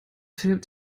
fällt